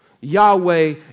Yahweh